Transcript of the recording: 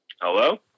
Hello